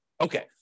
Okay